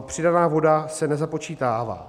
Přidaná voda se nezapočítává.